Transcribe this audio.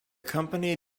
company